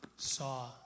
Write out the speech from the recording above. saw